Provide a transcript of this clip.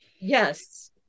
Yes